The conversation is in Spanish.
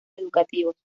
educativos